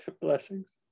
blessings